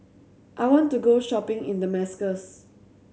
I want to go shopping in Damascus